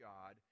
God